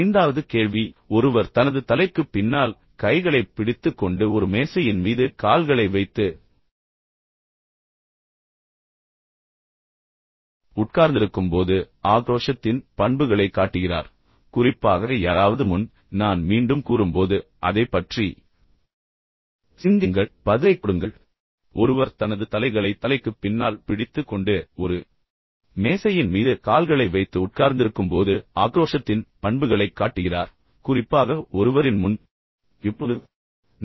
ஐந்தாவது கேள்வி ஒருவர் தனது தலைக்குப் பின்னால் கைகளைப் பிடித்துக் கொண்டு ஒரு மேசையின் மீது கால்களை வைத்து உட்கார்ந்திருக்கும்போது ஆக்ரோஷத்தின் பண்புகளைக் காட்டுகிறார் குறிப்பாக யாராவது முன் நான் மீண்டும் கூறும்போது அதைப் பற்றி சிந்தியுங்கள் பதிலைக் கொடுங்கள் ஒருவர் தனது தலைகளை தலைக்குப் பின்னால் பிடித்துக் கொண்டு ஒரு மேசையின் மீது கால்களை வைத்து உட்கார்ந்திருக்கும்போது ஆக்ரோஷத்தின் பண்புகளைக் காட்டுகிறார் குறிப்பாக ஒருவரின் முன் உண்மை அல்லது பொய் என்று சொல்லுங்கள்